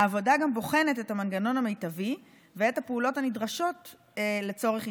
העבודה גם בוחנת את המנגנון המיטבי ואת הפעולות הנדרשות לצורך יישומו.